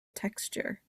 texture